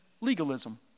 legalism